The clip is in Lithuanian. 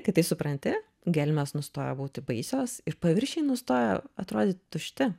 kad tai supranti gelmės nustoja būti baisios ir paviršiai nustoja atrodyt tušti